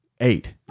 Eight